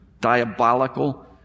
diabolical